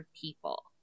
people